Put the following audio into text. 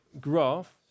graph